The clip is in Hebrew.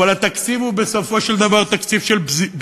אבל בסופו של דבר, הוא תקציב של ביזה.